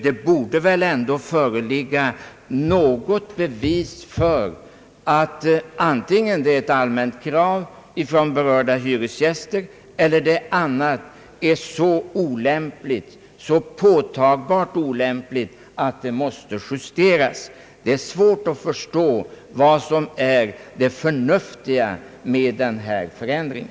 Det måste väl ändå föreligga något bevis, antingen att det är ett allmänt krav från berörda hyresgäster eller att systemet är så påtagligt olämpligt att det måste justeras. Det är svårt att förstå vad som är det förnuftiga i denna förändring.